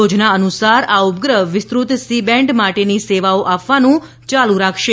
યોજના અનુસાર આ ઉપગ્રહ વિસ્તૃત સી બેન્ડ માટેની સેવાઓ આપવાનું ચાલુ રાખશે